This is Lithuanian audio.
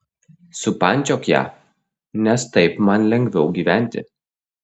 supančiok ją nes taip man lengviau gyventi